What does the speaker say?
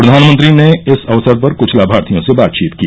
प्रधानमंत्री ने इस अवसर पर क्छ लामार्थियों से बातचीत की